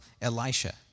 Elisha